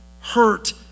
hurt